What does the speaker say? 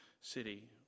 city